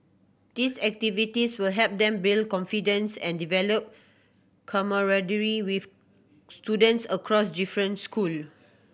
these activities will help them build confidence and develop camaraderie with students across different school